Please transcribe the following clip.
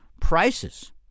prices